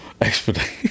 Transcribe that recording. Expedite